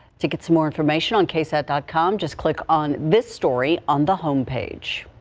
tickets more information on ksat dot com just click on this story on the home page.